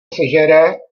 sežere